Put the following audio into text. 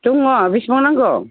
दङ बेसेबां नांगौ